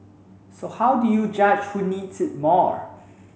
so how do you judge who needs it more